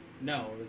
No